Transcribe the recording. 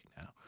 now